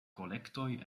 kolektoj